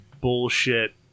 bullshit